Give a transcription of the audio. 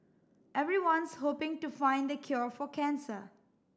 everyone's hoping to find the cure for cancer